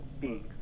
beings